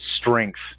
strength